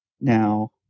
now